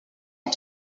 ont